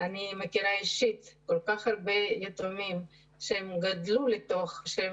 אני מכירה אישית כל כך הרבה יתומים שגדלו לתוך זה,